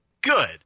Good